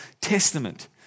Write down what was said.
Testament